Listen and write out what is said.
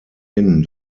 hin